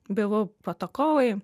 bylų protokolai